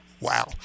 Wow